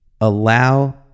allow